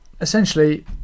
essentially